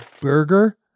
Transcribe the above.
burger